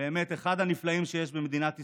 באמת אחד הנפלאים שיש במדינת ישראל,